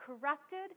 corrupted